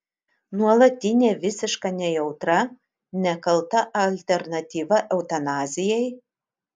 nuolatinė visiška nejautra nekalta alternatyva eutanazijai